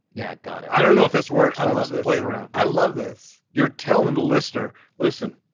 yeah. got it. i don't know if this works. i wasn't playing around. i love this. you're telling the listener, listen,